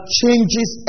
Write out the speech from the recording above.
changes